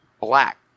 black